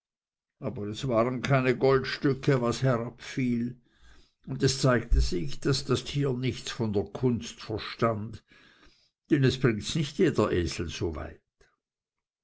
aber es waren keine goldstücke was herabfiel und es zeigte sich daß das tier nichts von der kunst verstand denn es bringts nicht jeder esel